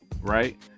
right